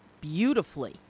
beautifully